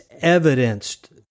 evidenced